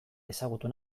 ezagutu